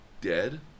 dead